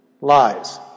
lies